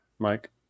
Mike